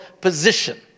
position